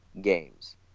games